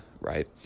Right